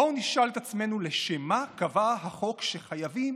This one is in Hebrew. בואו נשאל את עצמנו לשם מה קבע החוק שחייבים